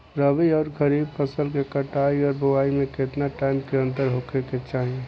रबी आउर खरीफ फसल के कटाई और बोआई मे केतना टाइम के अंतर होखे के चाही?